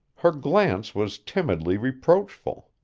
her glance was timidly reproachful.